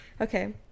okay